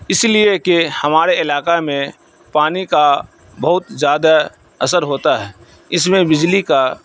اس لیے کہ ہمارے علاقہ میں پانی کا بہت زیادہ اثر ہوتا ہے اس میں بجلی کا